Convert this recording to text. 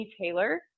taylor